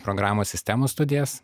programų sistemų studijas